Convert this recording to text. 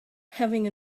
having